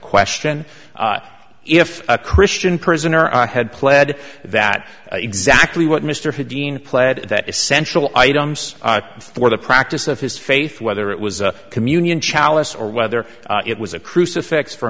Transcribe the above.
question if a christian prisoner i had pled that exactly what mr dean pled that essential items for the practice of his faith whether it was a communion chalice or whether it was a crucifix for